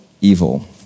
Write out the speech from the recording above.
evil